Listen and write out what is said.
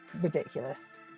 ridiculous